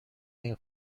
این